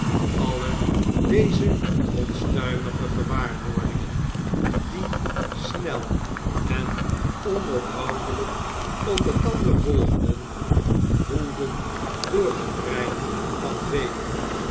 en onophoudelijk op elkander volgden woelden door het brein van fagin